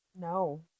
No